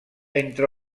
entre